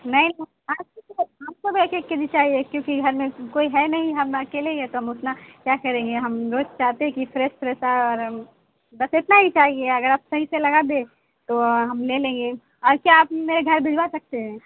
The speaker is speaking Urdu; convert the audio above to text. نہیں سب ایک ایک کے جی چاہیے کیوںکہ گھر میں کوئی ہے نہیں ہم اکیلے ہی ہیں تو ہم اتنا کیا کریں گے ہم روز چاہتے ہیں کہ فریش فریش آئے اور ہم بس اتنا ہی چاہیے اگر آپ صحیح سے لگا دیں تو ہم لے لیں گے اور کیا آپ میرے گھر بھجوا سکتے ہیں